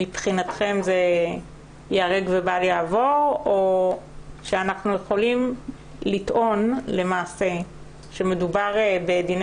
מבחינתכם זה ייהרג ובל יעבור או אנחנו יכולים לטעון שמדובר בדיני